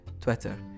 Twitter